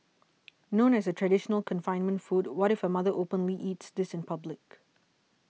known as a traditional confinement food what if a mother openly eats this in public